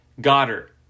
Goddard